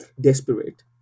desperate